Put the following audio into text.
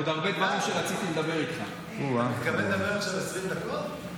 אתה מתכוון לדבר עכשיו 20 דקות?